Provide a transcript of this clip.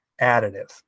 additive